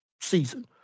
season